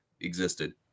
existed